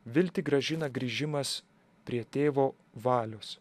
viltį grąžina grįžimas prie tėvo valios